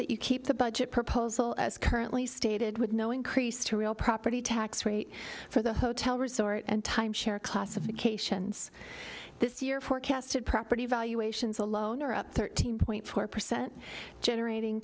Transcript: that you keep the budget proposal as currently stated with no increase to real property tax rate for the hotel resort and timeshare classifications this year forecasted property valuations alone are up thirteen point four percent generating